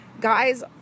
guys